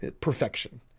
Perfection